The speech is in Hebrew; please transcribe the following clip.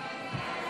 סעיף